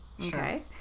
Okay